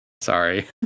Sorry